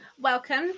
Welcome